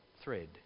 thread